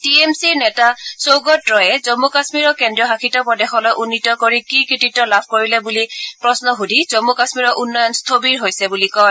T M চিৰ নেতা সৌগত ৰয়ে জমু কাশ্মীৰক কেন্দ্ৰীয়শাসিত প্ৰদেশলৈ উন্নীত কৰি কি কৃতিত্ব লাভ কৰিলে বুলি প্ৰশ্ন সুধি জম্ম কাশ্মীৰৰ উন্নয়ন স্থৱিৰ হৈছে বুলি কয়